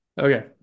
okay